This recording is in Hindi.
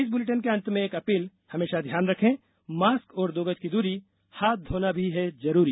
इस बुलेटिन के अंत में एक अपील हमेशा ध्यान रखें मास्क और दो गज की दूरी हाथ धोना भी है जरूरी